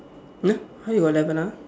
!huh! how you got eleven ah